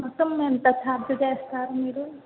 మొత్తం ఎంత ఛార్జ్ చేస్తారు మీరు